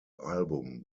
album